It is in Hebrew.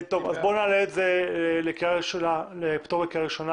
בואו נעלה את זה לפטור מקריאה ראשונה,